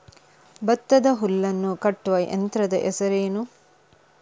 ಭತ್ತದ ಹುಲ್ಲನ್ನು ಕಟ್ಟುವ ಯಂತ್ರದ ಹೆಸರೇನು?